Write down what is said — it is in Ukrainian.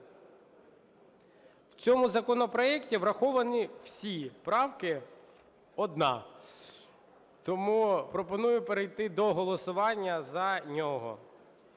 в цьому законопроекті враховані всі правки, одна. Тому пропоную перейти до голосування за нього.